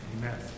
Amen